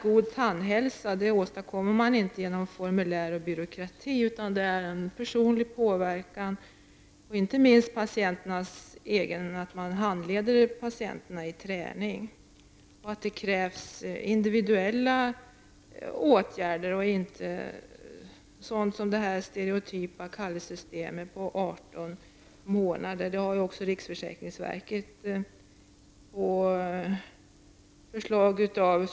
God tandhälsa åstadkommer man inte genom formulär och byråkrati utan genom personlig påverkan, inte minst genom att man handleder patienterna i träning. Det krävs individuella åtgärder och inte stereotypa kallelser med arton månaders intervall.